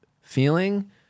feeling